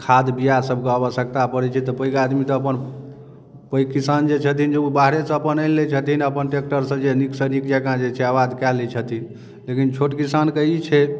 खाद बिया सबके आवशयकता परै छै तऽ पैघ आदमी तऽ अपन पैघ किसान जे छथिन जे ओ बाहरे सँ अपन आनि लै छथिन अपन टेक्टर सँ जे नीक सँ नीक जँका जे छै आबाद कए लै छथिन लेकिन छोट किसान के ई छै